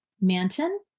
Manton